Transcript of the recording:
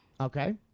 Okay